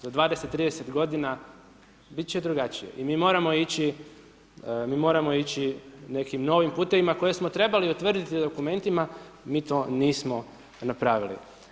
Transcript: Za 20, 30 g. biti će drugačije i mi moramo ići nekim novim putevima, koje smo trebali utvrditi dokumentima, mi to nismo napravili.